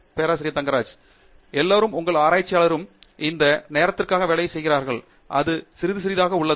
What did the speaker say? பேராசிரியர் ஆண்ட்ரூ தங்கராஜ் எல்லோரும் ஒவ்வொரு ஆராய்ச்சியாளரும் அந்த நேரத்திற்காக வேலை செய்கிறார்கள் இது சிறிது சிறிதாக உள்ளது